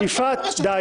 מיקי, די.